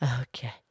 Okay